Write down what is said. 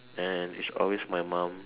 and it's always my mum